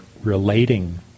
relating